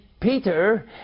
Peter